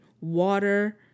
water